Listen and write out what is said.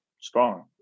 strong